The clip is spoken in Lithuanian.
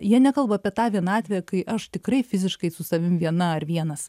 jie nekalba apie tą vienatvę kai aš tikrai fiziškai su savim viena ar vienas